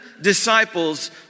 disciples